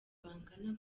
bangana